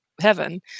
heaven